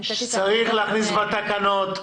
צריך להכניס בתקנות.